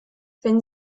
wenn